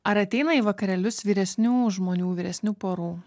ar ateina į vakarėlius vyresnių žmonių vyresnių porų